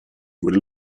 with